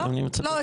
לא.